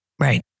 right